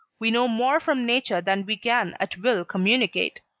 we know more from nature than we can at will communicate.